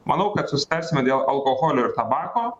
manau kad susitarsime dėl alkoholio ir tabako